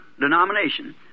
denomination